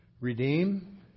Redeem